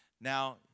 Now